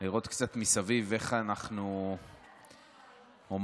זה ברור.